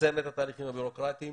לצמצם את התהליכים הבירוקרטיים,